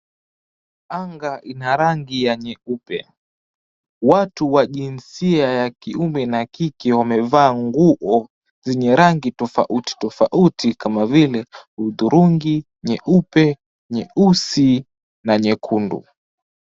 Anga ina rangi ya nyeupe. Watu wa jinsia ya kiume na kike wamevaa nguo zenye rangi tofauti tofauti kama vile hudhurungi, nyeupe, nyeusi na nyekundu.